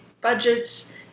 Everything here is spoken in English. budgets